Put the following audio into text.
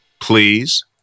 Please